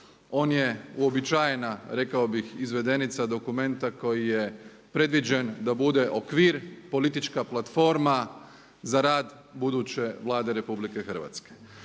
On je uobičajena, rekao bih izvedenica dokumenta koji je predviđen da bude okvir, politička platforma za rad buduće Vlade RH. Bilo je